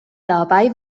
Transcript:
dabei